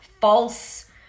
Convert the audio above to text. false